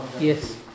yes